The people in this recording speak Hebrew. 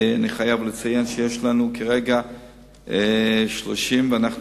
אני חייב לציין שיש לנו כרגע 30% ואנחנו